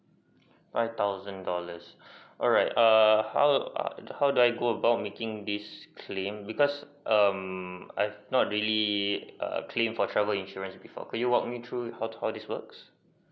five thousand dollars alright err how how do I go about making this claim because um I've not really err claim for travel insurance before can you walk me through how how this work